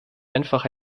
einfach